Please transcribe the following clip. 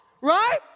right